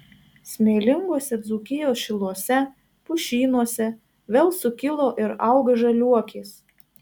smėlinguose dzūkijos šiluose pušynuose vėl sukilo ir auga žaliuokės